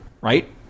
right